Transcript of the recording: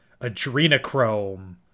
adrenochrome